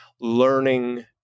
learning